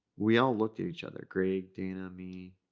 we all looked at each other, greg, dana, me.